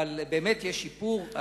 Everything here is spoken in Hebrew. באמת יש שיפור.